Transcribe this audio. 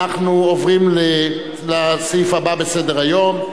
ואנחנו עוברים לסעיף הבא בסדר-היום.